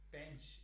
bench